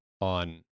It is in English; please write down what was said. on